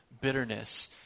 bitterness